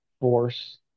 force